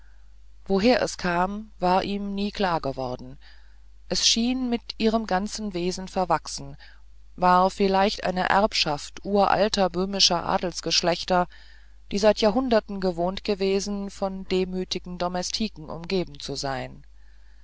woher es kam war ihm nie klargeworden es schien mit ihrem ganzen wesen verwachsen war vielleicht eine erbschaft uralter böhmischer adelsgeschlechter die seit jahrhunderten gewohnt gewesen von demütigen domestiken umgeben zu sein